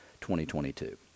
2022